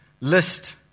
list